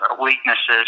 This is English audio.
weaknesses